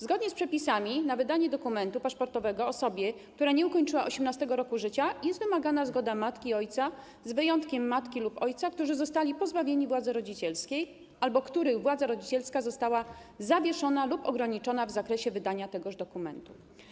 Zgodnie z przepisami na wydanie dokumentu paszportowego osobie, która nie ukończyła 18. roku życia, jest wymagana zgoda jej matki i ojca, z wyjątkiem sytuacji, gdy matka lub ojciec zostali pozbawieni władzy rodzicielskiej albo gdy ich władza rodzicielska została zawieszona lub ograniczona w zakresie wydania tegoż dokumentu.